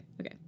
Okay